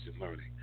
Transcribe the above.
learning